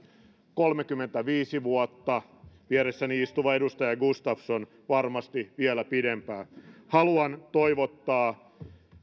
kolmekymmentäviisi vuotta vieressäni istuva edustaja gustafsson varmasti vielä pidempään haluan toivottaa